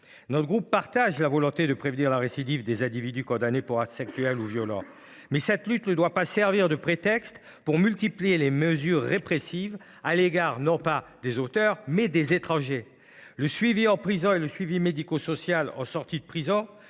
Notre groupe partage la volonté de prévenir la récidive des individus condamnés pour des actes sexuels ou violents. Mais cette lutte ne doit pas servir de prétexte à une multiplication des mesures répressives visant non pas les auteurs de tels actes, mais des étrangers. Le suivi en prison et le suivi médico social en sortie de prison